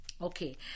Okay